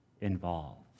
involved